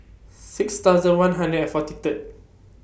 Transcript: six thousand one hundred and forty Third